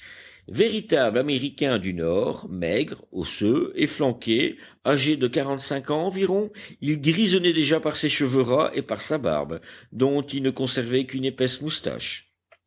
véritable américain du nord maigre osseux efflanqué âgé de quarante-cinq ans environ il grisonnait déjà par ses cheveux ras et par sa barbe dont il ne conservait qu'une épaisse moustache